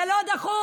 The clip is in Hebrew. זה לא דחוף,